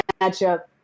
matchup